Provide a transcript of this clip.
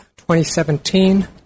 2017